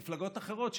מפלגות אחרות,